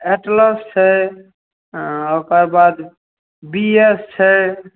Atlas छै ओकर बाद बी एस छै